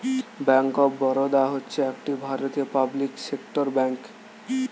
bank of Baroda হচ্ছে একটি ভারতীয় পাবলিক সেক্টর ব্যাঙ্ক